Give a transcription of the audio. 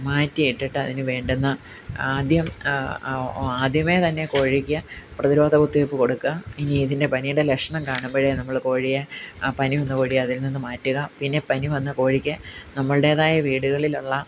മാറ്റി ഇട്ടിട്ട് അതിന് വേണ്ട ആദ്യം ആദ്യമേ തന്നെ കോഴിക്ക് പ്രതിരോധ കുത്തിവെപ്പ് കൊടുക്കുക ഇനി ഇതിന്റെ പനിയുടെ ലക്ഷണം കാണുമ്പോഴേ നമ്മൾ കോഴിയെ ആ പനി വന്ന കോഴിയെ അതില് നിന്ന് മാറ്റുക പിന്നെ പനി വന്ന കോഴിക്ക് നമ്മുടേതായ വീടുകളിൽ ഉള്ള